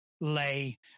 lay